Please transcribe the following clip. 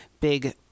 big